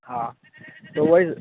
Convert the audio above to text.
हाँ तो वह ही